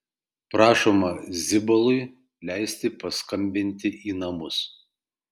prašoma zibalui leisti paskambinti į namus